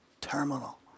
terminal